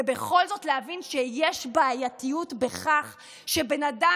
ובכל זאת להבין שיש בעייתיות בכך שאדם